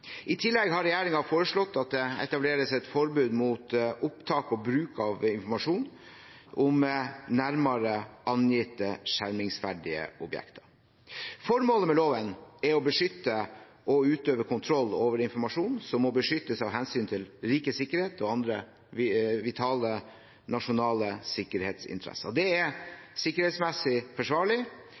I tillegg har regjeringen foreslått at det etableres et forbud mot opptak og bruk av informasjon om nærmere angitte skjermingsverdige objekter. Formålet med loven er å beskytte og utøve kontroll over informasjon som må beskyttes av hensyn til rikets sikkerhet og andre vitale nasjonale sikkerhetsinteresser. Der det er sikkerhetsmessig forsvarlig,